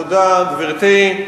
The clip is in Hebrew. תודה, גברתי.